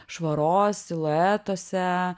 švaros siluetuose